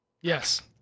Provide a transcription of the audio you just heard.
Yes